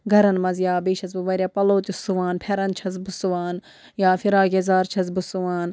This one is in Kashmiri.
گَرَن مَنٛز یا بیٚیہِ چھَس بہٕ وارِیاہ پَلو تہِ سُوان پھٮ۪رَن چھَس بہٕ سُوان یا فِراک یَزار چھَس بہٕ سُوان